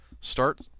start